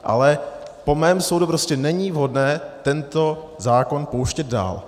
Ale po mém soudu prostě není vhodné tento zákon pouštět dál.